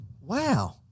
Wow